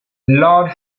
lord